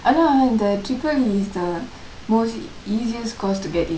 ஆனா இந்த:aanaa indtha triple E is the most easiest course to get in